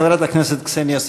חברת הכנסת קסניה סבטלובה.